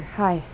hi